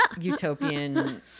utopian